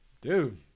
dude